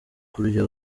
kurya